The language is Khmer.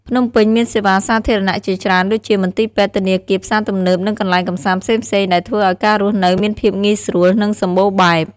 ភ្នំពេញមានសេវាសាធារណៈជាច្រើនដូចជា មន្ទីរពេទ្យ ធនាគារ ផ្សារទំនើប និងកន្លែងកម្សាន្តផ្សេងៗ ដែលធ្វើឲ្យការរស់នៅមានភាពងាយស្រួល និងសម្បូរបែប។